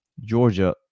Georgia